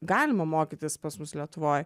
galima mokytis pas mus lietuvoj